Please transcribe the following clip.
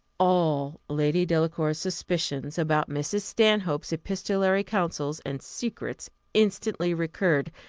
all lady delacour's suspicions about mrs. stanhope's epistolary counsels and secrets instantly recurred,